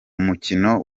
mukino